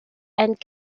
and